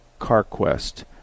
CarQuest